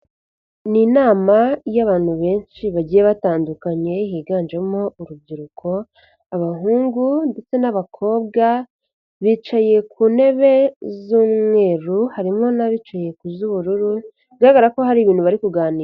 Ni inama y'abantu benshi bagiye batandukanye higanjemo urubyiruko abahungu ndetse n'abakobwa bicaye ku ntebe z'umweru harimo n'abicaye ku z'ubururu bigaragara ko hari ibintu bari kuganira.